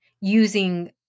using